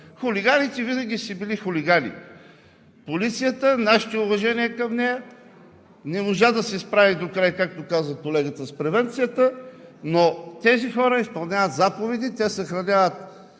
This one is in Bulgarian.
Хулиганите винаги са си били хулигани. Полицията – нашите уважения към нея, не можа да се справи докрай, както каза колегата, с превенцията, но тези хора изпълняват заповеди, те съхраняват